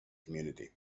community